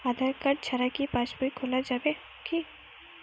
আধার card ছাড়া কি পাসবই খোলা যাবে কি?